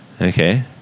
okay